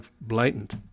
blatant